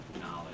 knowledge